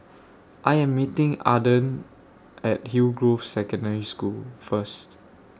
I Am meeting Adron At Hillgrove Secondary School First